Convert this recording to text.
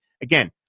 Again